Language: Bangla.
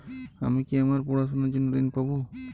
আমি কি আমার পড়াশোনার জন্য ঋণ পাব?